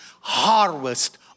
harvest